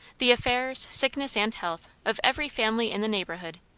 the affairs, sickness and health, of every family in the neighbourhood,